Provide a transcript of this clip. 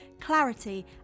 clarity